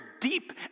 deep